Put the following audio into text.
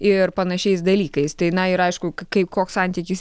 ir panašiais dalykais tai na ir aišku kaip koks santykis